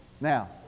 Now